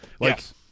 Yes